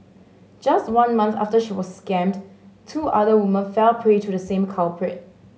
just one month after she was scammed two other women fell prey to the same culprit